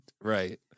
right